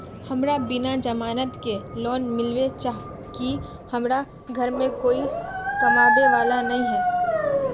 हमरा बिना जमानत के लोन मिलते चाँह की हमरा घर में कोई कमाबये वाला नय है?